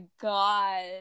god